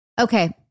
Okay